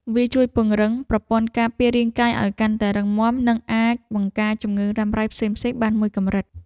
វាជួយពង្រឹងប្រព័ន្ធការពាររាងកាយឱ្យកាន់តែរឹងមាំ និងអាចបង្ការជំងឺរ៉ាំរ៉ៃផ្សេងៗបានមួយកម្រិត។